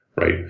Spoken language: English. right